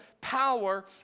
power